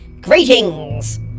Greetings